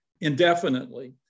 indefinitely